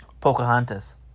Pocahontas